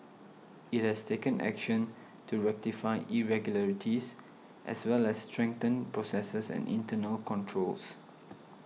it has taken action to rectify irregularities as well as strengthen processes and internal controls